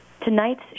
tonight's